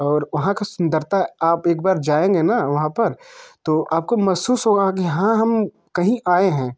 और वहाँ की सुंदरता आप एक बार जाएँगे ना वहाँ पर तो आपको महसूस होगा कि हाँ हम कहीं आएँ हैं